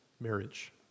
marriage